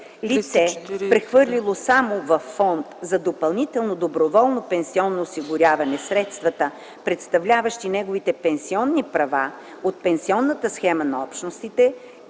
Лице, прехвърлило само във фонд за допълнително доброволно пенсионно осигуряване средствата, представляващи неговите пенсионни права от пенсионната схема на Общностите: